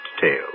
tale